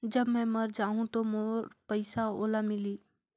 जब मै मर जाहूं तो मोर पइसा ओला मिली?